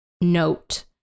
note